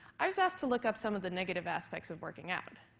i was asked to look up some of the negative aspects of working out.